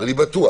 אני בטוח